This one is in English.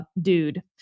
dude